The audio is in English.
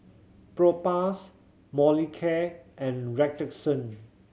Propass Molicare and Redoxon